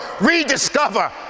rediscover